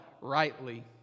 rightly